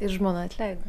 ir žmona atleido